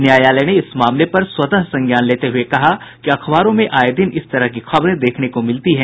न्यायालय ने इस मामले पर स्वतः संज्ञान लेते हुए कहा कि अखबारों में आये दिन इस तरह की खबरें देखने को मिलती हैं